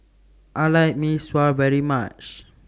I like Mee Sua very much